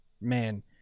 man